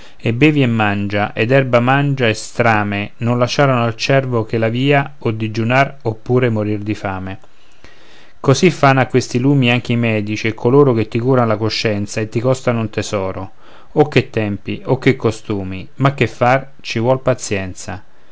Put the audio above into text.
e bevi e mangia ed erba mangia e strame non lasciarono al cervo che la via o digiunar oppur morir di fame così fanno a questi lumi anche i medici e coloro che ti curan la coscienza e ti costano un tesoro o che tempi o che costumi ma che far ci vuol pazienza